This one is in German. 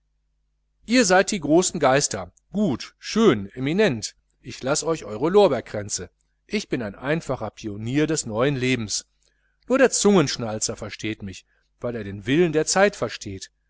ihr seid die großen geister gut schön eminent ich laß euch eure lorberkränze ich bin ein einfacher pionier des neuen lebens nur der zungenschnalzer versteht mich weil er den willen der zeit versteht